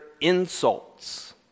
insults